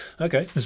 Okay